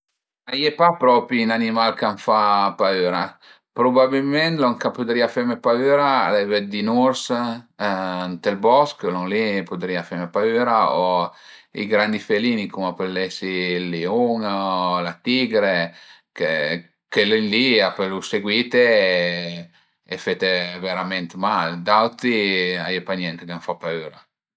A ie pa propi ün animal ch'a më fa paüra, prubabilment lon ch'a pudrìa feme paüra al e vëddi ün urs ënt ël bosch, lu li a pudrìa feme paüra o i grandi felini, cum a pöl esi ël liun o la tigre che chëli li a pölu seguite e e fete verament mal, d'auti a ie pa niente ch'a më fa paüra